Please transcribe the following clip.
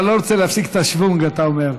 אתה לא רוצה להפסיק את השוונג, אתה אומר.